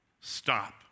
Stop